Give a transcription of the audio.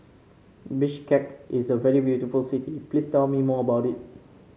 Bishkek is a very beautiful city please tell me more about it